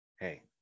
hey